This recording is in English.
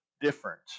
different